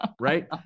Right